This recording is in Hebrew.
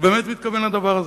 הוא באמת מתכוון לדבר הזה.